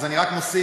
אז אני רק מוסיף